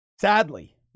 Sadly